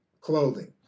clothing